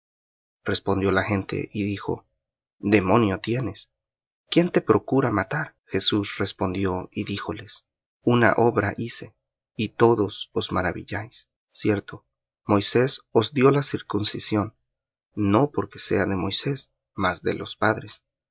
respondió la gente y dijo demonio tienes quién te procura matar jesús respondió y díjoles una obra hice y todos os maravilláis cierto moisés os dió la circuncisión no porque sea de moisés mas de los padres y en sábado circuncidáis al